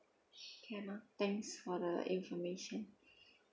can lah thanks for the information